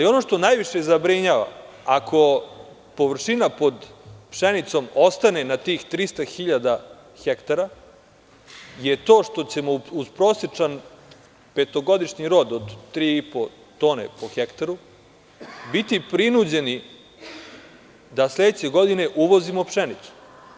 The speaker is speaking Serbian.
Ono što najviše zabrinjava, ako površina pod pšenicom ostane na tih 300.000 hektara, je to što ćemo uz prosečan petogodišnji rod od 3.500 tone po hektaru biti prinuđeni da sledeće godine uvozimo pšenicu.